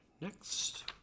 next